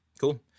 cool